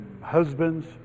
husbands